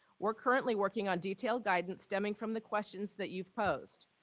we're currently working on detailed guidance stemming from the questions that you've posed.